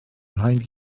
rhaid